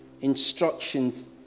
instructions